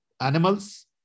animals